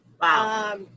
Wow